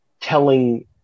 telling